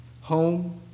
home